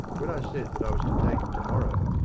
when i said that i was to take it to-morrow,